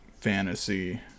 fantasy